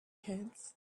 kids